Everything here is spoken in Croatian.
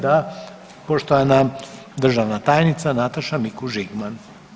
Da, poštovana državna tajnica Nataša Mikuš Žigman.